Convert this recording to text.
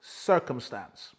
circumstance